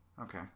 Okay